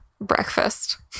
Breakfast